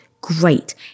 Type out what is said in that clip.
Great